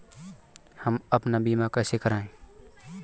हम अपना बीमा कैसे कराए?